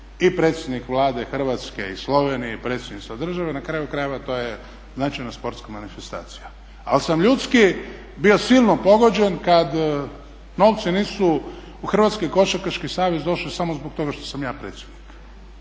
i predsjednik Vlade Hrvatske i Slovenije i predsjednica države. Na kraju krajeva to je značajna sportska manifestacija. Ali sam ljudski bio silno pogođen kad novci nisu u Hrvatski košarkaški savez došli samo zbog toga što sam ja predsjednik.